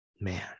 man